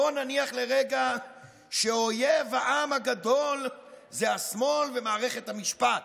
בואו נניח לרגע שאויב העם הגדול זה השמאל ומערכת המשפט,